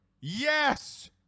Yes